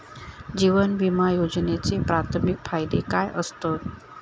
जीवन विमा योजनेचे प्राथमिक फायदे काय आसत?